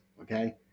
okay